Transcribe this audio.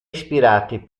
ispirati